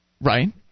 Right